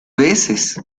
veces